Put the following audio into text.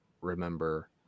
remember